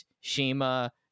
Shima